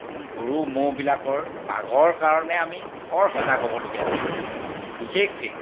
গৰু ম'হবিলাকৰ বাঘৰ কাৰণে আমি বৰ সজাগ হ'বলগীয়া হৈছিলে বিশেষকৈ